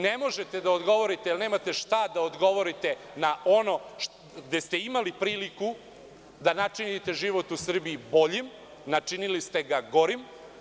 Ne možete da odgovorite jer nemate šta da odgovorite na ono gde ste imali priliku da načinite život u Srbiji boljim, načinili ste ga gorim.